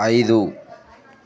ఐదు